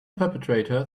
perpetrator